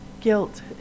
Guilt